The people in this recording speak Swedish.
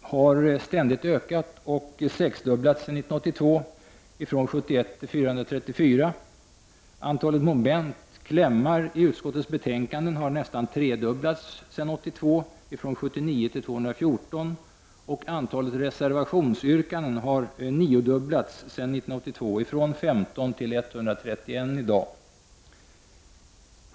har ständigt ökat, och sexdubblats sedan 1982, från 71 till 434. Antalet moment — klämmar — i utskot tets betänkanden har nästan tredubblats sedan 1982, från 79 till 214. Och antalet reservationsyrkanden har niodubblats sedan 1982, från 15 till 131 i dag.